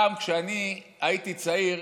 פעם, כשהייתי צעיר,